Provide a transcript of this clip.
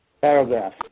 paragraph